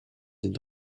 den